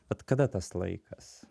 vat kada tas laikas